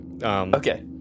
Okay